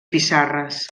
pissarres